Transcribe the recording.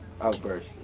outburst